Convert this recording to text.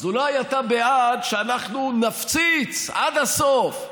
אז אולי אתה בעד שאנחנו נפציץ עד הסוף,